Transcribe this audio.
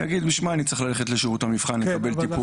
יגיד בשביל מה אני צריך ללכת לשורות המבחן כדי לקבל טיפול?